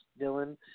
Dylan